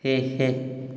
ହେ ହେ